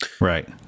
Right